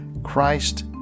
Christ